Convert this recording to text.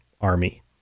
army